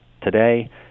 Today